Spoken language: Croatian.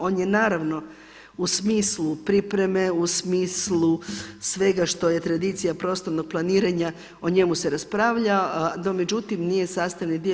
On je naravno u smislu pripreme u smislu svega što je tradicija prostornog planiranja o njemu se raspravlja, no međutim nije sastavni dio.